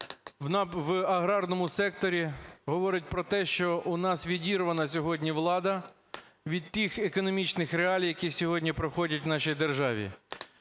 в аграрному секторі, говорить про те, що у нас відірвана сьогодні влада від тих економічних реалій, які сьогодні проходять в нашій державі.